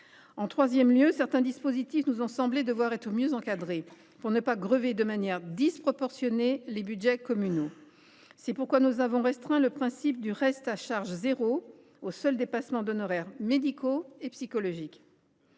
En troisième lieu, certains dispositifs nous ont semblé devoir être mieux encadrés pour ne pas grever de manière disproportionnée les budgets communaux. C’est pourquoi nous avons restreint le principe du « reste à charge zéro » aux seuls dépassements d’honoraires médicaux et psychologiques.